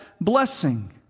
blessing